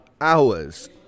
hours